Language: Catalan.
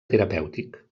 terapèutic